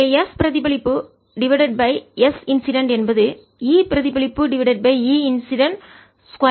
எனவே S பிரதிபலிப்பு divided by S incident என்பது E பிரதிபலிப்பு டிவைடட் பை E இன்சிடென்ட் 2